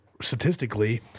statistically